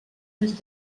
més